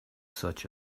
such